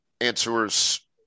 answer's